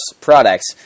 products